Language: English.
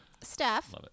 Steph